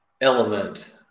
element